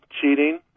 cheating